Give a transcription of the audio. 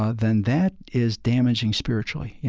ah then that is damaging spiritually. you